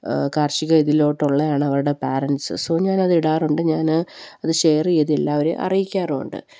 കാർഷിക ഇതിലുള്ളവരാണ് അവരുടെ പാരൻറ്സ് സോ ഞാനത് ഇടാറുണ്ട് ഞാനത് ഷെയര് ചെയ്ത് എല്ലാവരെയും അറിയിക്കാറുമുണ്ട്